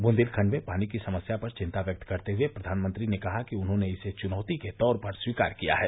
बुन्देलखण्ड में पानी की समस्या पर चिन्ता व्यक्त करते हये प्रधानमंत्री ने कहा कि उन्होंने इसे चुनौती के तौर पर स्वीकार किया है